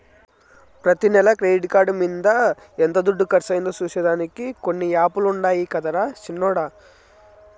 ప్రతి నెల credit card మింద ఎంత దుడ్డు కర్సయిందో సూసే దానికి కొన్ని యాపులుండాయి గదరా సిన్నోడ